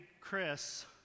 Chris